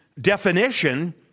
definition